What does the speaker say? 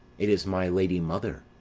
it is my lady mother.